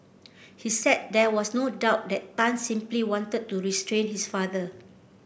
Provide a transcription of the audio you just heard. he said there was no doubt that Tan simply wanted to restrain his father